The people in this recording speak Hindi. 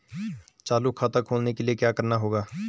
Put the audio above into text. चालू खाता खोलने के लिए क्या करना होगा?